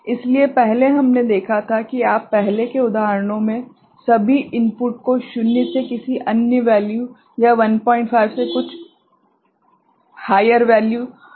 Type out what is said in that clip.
इसलिए पहले हमने देखा था कि आप पहले के उदाहरणों में सभी इनपुट को शून्य से किसी अन्य वैल्यू या 15 से कुछ अन्य उच्च मान सकारात्मक मान को जानते हैं